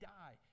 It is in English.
die